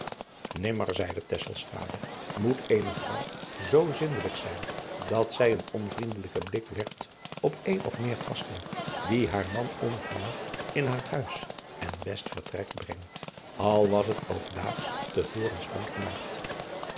zeide moet eene vrouw zoo zindelijk zijn dat zij een onvriendelijken blik werpt op een of meer gasten die haar man onverwacht in haar huis en best vertrek brengt al was het ook daags te voren